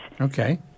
Okay